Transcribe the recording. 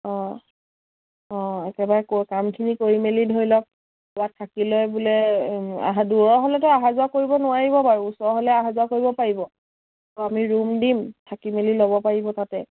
অঁ অঁ একেবাৰে কামখিনি কৰি মেলি ধৰি লওক থাকিলে বোলে অহা দূৰ হ'লেতো অহা যোৱা কৰিব নোৱাৰিব বাৰু ওচৰৰ হ'লে অহা যোৱা কৰিব পাৰিব অঁ আমি ৰুম দিম থাকি মেলি ল'ব পাৰিব তাতে